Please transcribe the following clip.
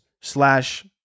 slash